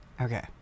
Okay